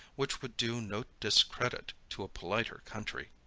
which would do no discredit to a politer country.